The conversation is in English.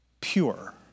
pure